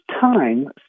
time